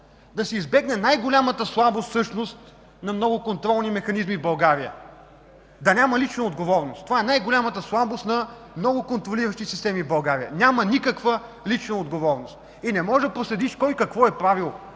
да се избегне най-голямата слабост на много контролни механизми в България да няма лична отговорност. Това е най-голямата слабост на много контролиращи системи в България – няма никаква лична отговорност и не можеш да проследиш кой какво е правил,